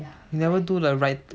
never do the write